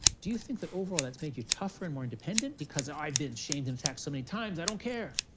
do you think that overall that's made you tougher and more independent because i've been shamed and attacked so many times, i don't care,